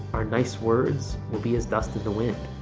our nice words will be as dust in the wind.